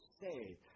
say